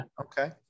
Okay